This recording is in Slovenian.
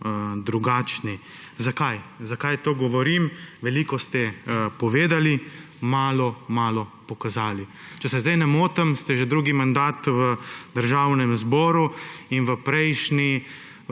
drugačni. Zakaj to govorim? Veliko ste povedali, malo malo pokazali. Če se zdaj ne motim, ste že drugi mandat v Državnem zboru in v prejšnji